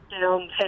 down